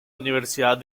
universidad